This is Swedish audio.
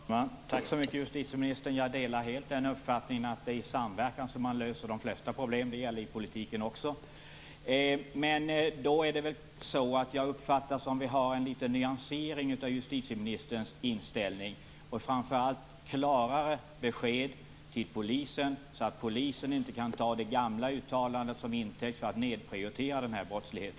Fru talman! Tack så mycket, justitieministern. Jag delar helt den uppfattningen att är i samverkan som man löser de flesta problem. Det gäller i politiken också. Jag uppfattade det så att vi har fått en liten nyansering av justitieministern inställning och framför allt klarare besked till polisen, så att polisen inte kan ta det gamla uttalandet som intäkt för att nedprioritera denna brottslighet.